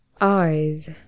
Eyes